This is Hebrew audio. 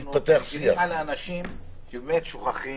שאנחנו מגנים על האנשים שבאמת שכחו,